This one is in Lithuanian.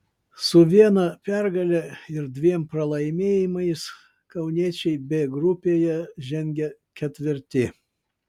su viena pergale ir dviem pralaimėjimais kauniečiai b grupėje žengia ketvirti